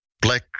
black